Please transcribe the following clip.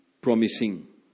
promising